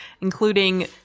including